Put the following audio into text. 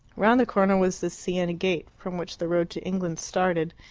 round the corner was the siena gate, from which the road to england started,